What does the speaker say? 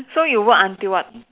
so you work until what